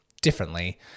differently